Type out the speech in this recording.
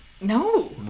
No